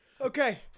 Okay